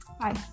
Bye